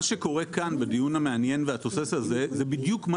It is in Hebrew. מה שקורה כאן בדיון המעניין והתוסס הזה זה בדיוק מה